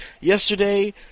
yesterday